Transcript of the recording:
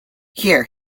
here